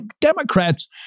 Democrats